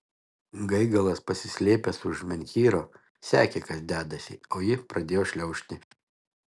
gaigalas pasislėpęs už menhyro sekė kas dedasi o ji pradėjo šliaužti